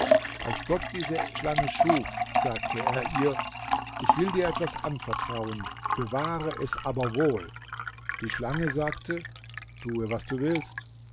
als gott diese schlange schuf sagte er ihr ich will dir etwas anvertrauen bewahre es aber wohl die schlange sagte tue was du willst